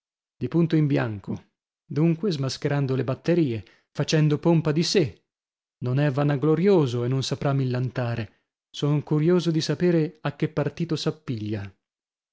di punto in bianco dunque smascherando le batterie facendo pompa di se non è vanaglorioso e non saprà millantare son curioso di sapere a che partito